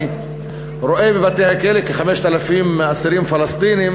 אני רואה בבתי-הכלא כ-5,000 אסירים פלסטינים